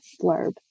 blurb